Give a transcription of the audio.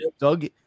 Doug